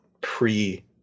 pre